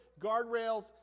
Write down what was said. guardrails